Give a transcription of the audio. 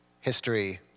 history